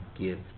give